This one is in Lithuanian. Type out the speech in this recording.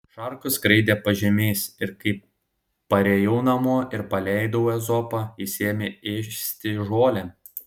šarkos skraidė pažemiais ir kai parėjau namo ir paleidau ezopą jis ėmė ėsti žolę